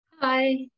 Hi